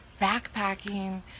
backpacking